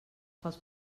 pels